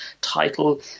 title